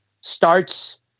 starts